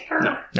no